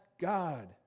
God